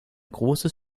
großes